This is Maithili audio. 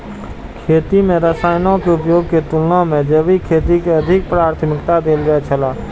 खेती में रसायनों के उपयोग के तुलना में जैविक खेती के अधिक प्राथमिकता देल जाय छला